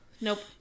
Nope